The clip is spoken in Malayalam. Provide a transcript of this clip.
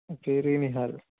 പേര് നിഹാൽ